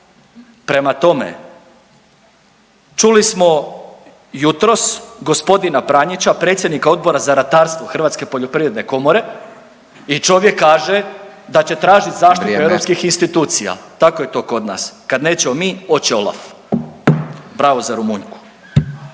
Prema tome, čuli smo jutros gospodina Pranjića predsjednika Odbora za ratarstvo Hrvatske poljoprivredne komore i čovjek kaže da će tražiti …/Upadica: Vrijeme./… europskih institucija. Tako je to kod nas, kad nećemo mi oće OLAF. Bravo za